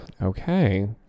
okay